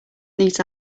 needs